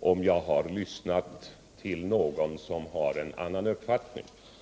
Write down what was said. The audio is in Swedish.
om jag har lyssnat till någon som har en annan uppfattning än jag.